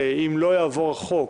ראשית, על תאריך הבחירות.